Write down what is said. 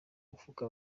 mufuka